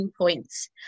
points